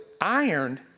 iron